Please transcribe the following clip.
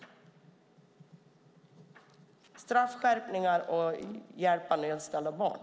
Jag undrar över straffskärpningar och hjälp till nödställda barn.